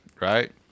right